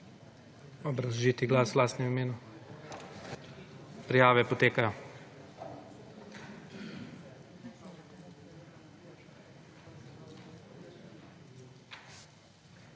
obrazložiti glas v lastnem imenu. Prijave potekajo.